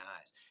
Eyes